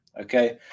Okay